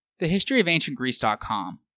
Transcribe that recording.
thehistoryofancientgreece.com